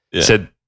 said-